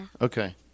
Okay